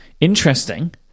interesting